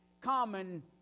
common